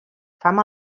fam